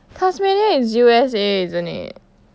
Tasmania is U_S_A isn't it